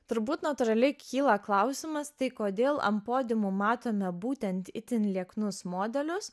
turbūt natūraliai kyla klausimas tai kodėl ant podiumų matome būtent itin lieknus modelius